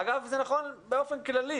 אגב זה נכון באופן כללי